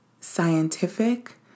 scientific